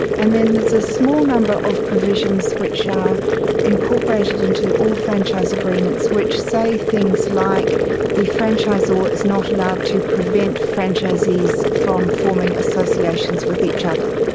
and then there is a small number of provisions which are incorporated into all franchise agreements which say things like the franchisor is not allowed to prevent franchisees from forming associations with each other.